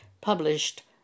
published